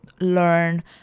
learn